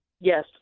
Yes